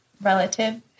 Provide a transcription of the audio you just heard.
relative